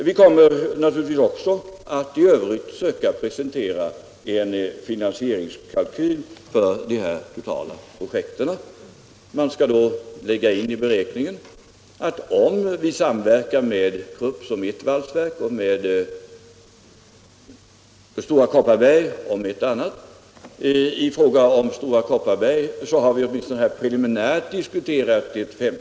Vi kommer naturligtvis också att i övrigt söka presentera en finansieringskalkyl för de totala projekten. Vi lägger då in i beräkningen att om vi samverkar med Krupp om ett valsverk och med Stora Kopparbergs Bergslags AB om ett annat så är det fråga om de gemensamma ansträngningarna att få fram kapital.